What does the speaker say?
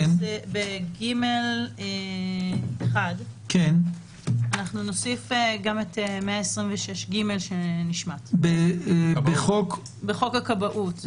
23 ב-ג1 נוסיף גם את 126ג שנשמט בחוק הכבאות.